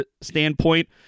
standpoint